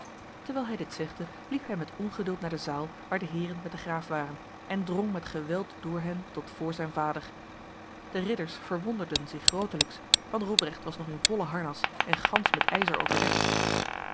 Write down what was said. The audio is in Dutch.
terwijl hij dit zegde liep hij met ongeduld naar de zaal waar de heren met de graaf waren en drong met geweld door hen tot voor zijn vader de ridders verwonderden zich grotelijks want robrecht was nog in volle harnas en gans met ijzer overdekt